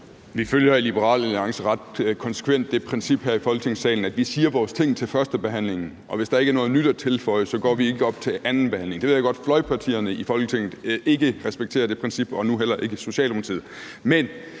Vi følger i Liberal Alliance ret konsekvent det princip her i Folketingssalen, at vi siger vores ting til førstebehandlingen, og hvis der ikke er noget nyt at tilføje, går vi ikke op til andenbehandlingen. Jeg ved godt, at fløjpartierne i Folketinget ikke respekterer det princip og nu heller ikke Socialdemokratiet.